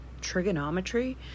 trigonometry